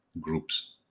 groups